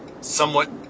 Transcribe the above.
somewhat